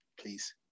Please